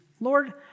Lord